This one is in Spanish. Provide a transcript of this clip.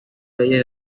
leyes